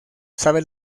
sabe